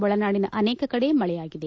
ಒಳನಾಡಿನ ಅನೇಕ ಕಡೆ ಮಳೆಯಾಗಿದೆ